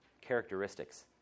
characteristics